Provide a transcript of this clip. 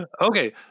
Okay